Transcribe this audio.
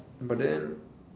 but then